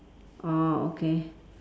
orh okay